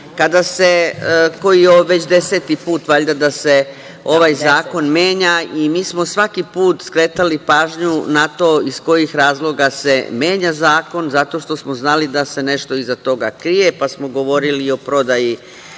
zakona. Ovo je već deseti put da se ovaj zakon menja i mi smo svaki put skretali pažnju na to iz kojih razloga se menja zakon, zato što smo znali da se nešto iza toga krije, pa smo govorili i o prodaji